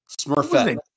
Smurfette